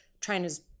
China's